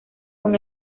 con